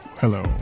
hello